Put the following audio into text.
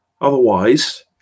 Otherwise